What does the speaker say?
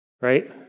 Right